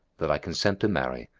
that i consent to marry,